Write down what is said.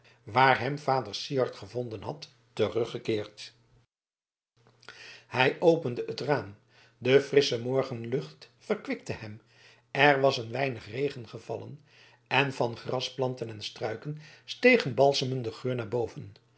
waar hem vader syard gevonden had teruggekeerd hij opende het raam de frissche morgenlucht verkwikte hem er was een weinig regen gevallen en van grasplanten en struiken steeg een balsemende geur naar boven